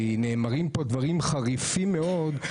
כי נאמרים פה דברים חריפים מאוד.